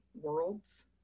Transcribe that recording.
worlds